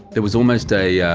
there was almost a. yeah